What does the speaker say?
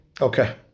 okay